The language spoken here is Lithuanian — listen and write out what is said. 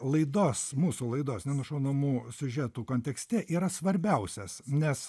laidos mūsų laidos nenušaunamų siužetų kontekste yra svarbiausias nes